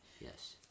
Yes